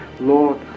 Lord